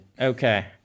Okay